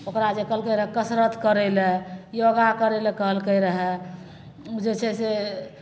ओकरा जे कहलकै रहै कसरत करै ले योगा करै ले कहलकै रहै जे छै से